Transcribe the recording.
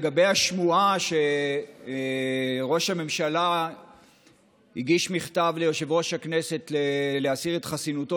לגבי השמועה שראש הממשלה הגיש מכתב ליושב-ראש הכנסת להסיר את חסינותו,